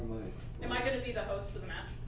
am i going to be the host for the match,